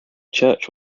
church